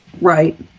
right